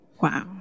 Wow